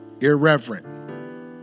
Irreverent